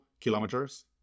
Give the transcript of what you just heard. kilometers